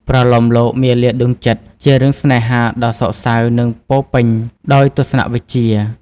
ប្រលោមលោក មាលាដួងចិត្ត ជារឿងស្នេហាដ៏សោកសៅនិងពោរពេញដោយទស្សនវិជ្ជា។